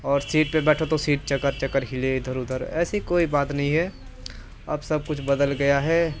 और सीट पर बैठो तो सीट चकर चकर हिले इधर उधर ऐसी कोई बात नहीं है अब सब कुछ बदल गया है